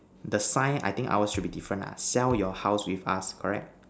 the sign I think ours should be different ah sell your house with us correct